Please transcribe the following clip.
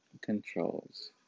Controls